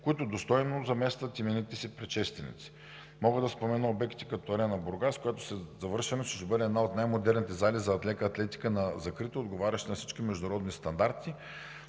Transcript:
които достойно заместват именитите си предшественици. Мога да спомена обекти, като: - „Арена“ – Бургас, която след завършването си ще бъде една от най-модерните зали за лека атлетика на закрито, отговаряща на всички международни стандарти;